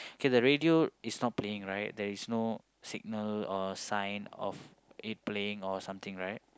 K the radio is not playing right there is no signal or sign of it playing or something right